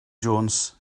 jones